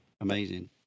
Amazing